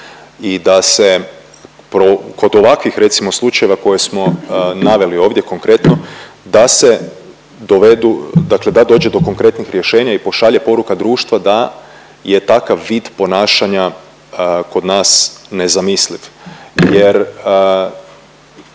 I da se kod ovakvih recimo slučajeva koje smo naveli ovdje konkretno, da se dovedu, dakle da dođe do konkretnih rješenja i pošalje poruka društva da je takav vid ponašanja kod nas nezamisliv.